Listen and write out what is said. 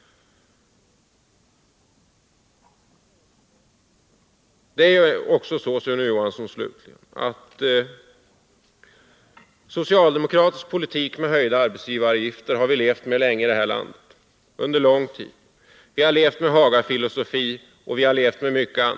Det är slutligen också så, Sune Johansson, att vi i vårt land länge har levt med en socialdemokratisk politik som innefattat höga arbetsgivaravgifter och som karakteriserats av Hagafilosofi och många liknande företeelser.